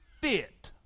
fit